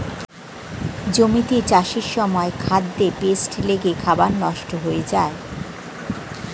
জমিতে চাষের সময় খাদ্যে পেস্ট লেগে খাবার নষ্ট হয়ে যায়